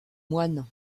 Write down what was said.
moines